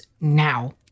now